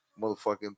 motherfucking